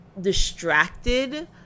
distracted